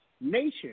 nation